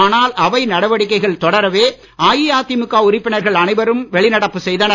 ஆனால் அவை நடவடிக்கைகள் தொடரவே அஇஅதிமுக உறுப்பினர்கள் அனைவரும் வெளிநடப்பு செய்தனர்